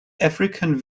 african